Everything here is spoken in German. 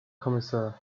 kommissar